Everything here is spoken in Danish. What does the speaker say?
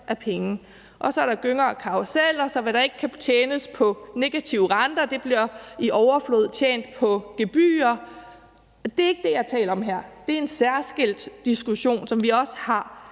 af penge. Og så er der gynger og karruseller, så hvad der ikke kan tjenes på negative renter, bliver i overflod tjent på gebyrer. Det er ikke de ting, jeg taler om her. Det er en særskilt diskussion, som vi også har,